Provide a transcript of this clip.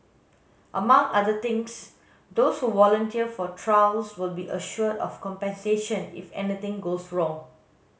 among other things those who volunteer for trials will be assured of compensation if anything goes wrong